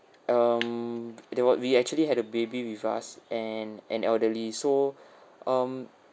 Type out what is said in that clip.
um then what we actually had a baby with us and an elderly so um